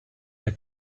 der